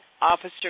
Officer